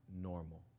normal